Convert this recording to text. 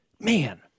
man